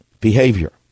behavior